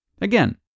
Again